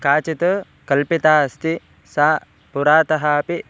काचित् कल्पिता अस्ति सा पुरातः अपि